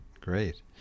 Great